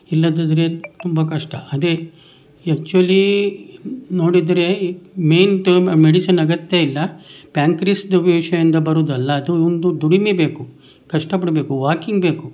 ಇಲ್ಲದಿದ್ದರೆ ತುಂಬ ಕಷ್ಟ ಅದೆ ಆ್ಯಕ್ಚುವಲಿ ನೋಡಿದರೆ ಮೇಯ್ನ್ ಮೆಡಿಸಿನ್ ಅಗತ್ಯ ಇಲ್ಲ ಪ್ಯಾಂಕ್ರೀಸ್ದು ವಿಷಯದಿಂದ ಬರೋದಲ್ಲ ಅದು ಒಂದು ದುಡಿಮೆ ಬೇಕು ಕಷ್ಟ ಪಡಬೇಕು ವಾಕಿಂಗ್ ಬೇಕು